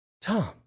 Tom